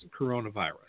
coronavirus